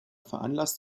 veranlasst